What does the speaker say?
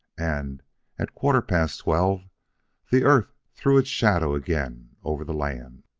and at quarter past twelve the earth threw its shadow again over the land.